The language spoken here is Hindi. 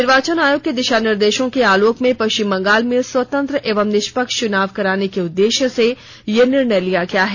निर्वाचन आयोग के दिशा निर्देशों के आलोक में पश्चिम बंगाल में स्वतंत्र एवं निष्पक्ष च्नाव कराने के उद्देश्य से यह निर्णय लिया गया है